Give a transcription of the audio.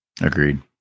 Agreed